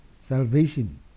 salvation